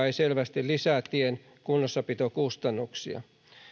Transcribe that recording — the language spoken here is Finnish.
ei selvästi lisää tien kunnossapitokustannuksia